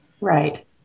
Right